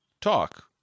talk